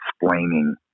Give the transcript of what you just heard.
explaining